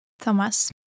Thomas